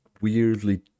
weirdly